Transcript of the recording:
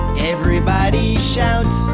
everybody shout.